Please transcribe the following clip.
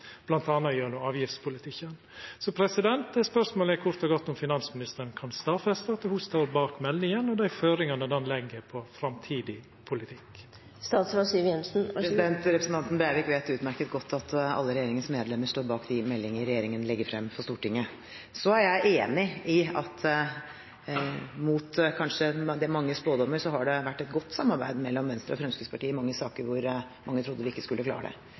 gjennom avgiftspolitikken. Spørsmålet mitt er om finansministeren kan stadfesta at ho står bak meldinga og dei føringane meldinga legg for framtidig politikk. Representanten Breivik vet utmerket godt at alle regjeringens medlemmer står bak de meldingene regjeringen legger frem for Stortinget. Jeg er enig i at det – mot kanskje mange spådommer – har vært et godt samarbeid mellom Venstre og Fremskrittspartiet i mange saker der mange trodde vi ikke skulle klare det.